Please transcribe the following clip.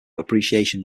appreciation